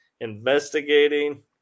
investigating